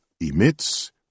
emits